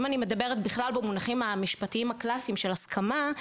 אם אני מדברת בכלל במונחים המשפטיים הקלאסיים של הסכמה.